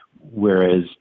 whereas